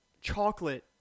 chocolate